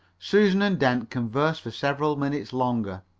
susan and dent conversed for several minutes longer,